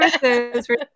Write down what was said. services